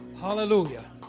Hallelujah